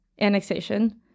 annexation